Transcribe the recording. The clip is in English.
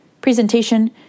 presentation